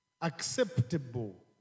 acceptable